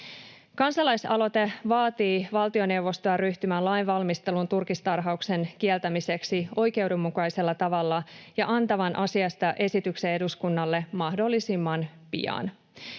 Kansalaisaloite vaatii valtioneuvostoa ryhtymään lainvalmisteluun turkistarhauksen kieltämiseksi oikeudenmukaisella tavalla ja antavan asiasta esityksen eduskunnalle mahdollisimman pian.